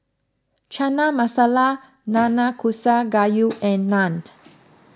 Chana Masala Nanakusa Gayu and Naaned